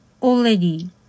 Already